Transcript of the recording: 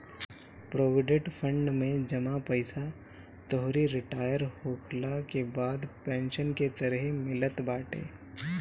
provident fund में जमा पईसा तोहरी रिटायर होखला के बाद पेंशन के तरही मिलत बाटे